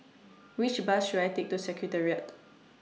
Which Bus should I Take to Secretariat